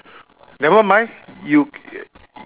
never mind you